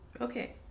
Okay